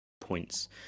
points